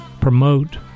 promote